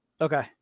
Okay